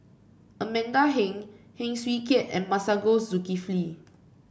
Amanda Heng Heng Swee Keat and Masagos Zulkifli